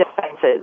defenses